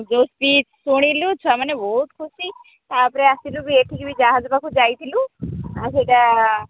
ଯେଉଁ ସ୍ପିଚ୍ ଶୁଣିଲୁ ଛୁଆମାନେ ବହୁତ ଖୁସି ତାପରେ ଆସିଲୁ ବି ଏଠିକି ବି ଯାହାଜ ପାଖକୁ ଯାଇଥିଲୁ ଆଉ ସେଇଟା